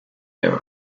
error